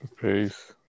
Peace